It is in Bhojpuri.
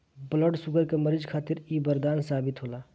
ब्लड शुगर के मरीज खातिर इ बरदान साबित होला